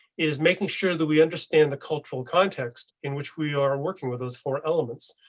is making sure that we understand the cultural context in which we are working with those four elements.